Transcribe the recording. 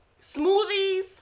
smoothies